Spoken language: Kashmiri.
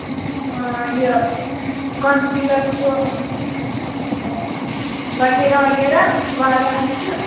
یہِ کانسیٖلَر چھُ وغیرہ وغیرہ واریاہ حظ چھِ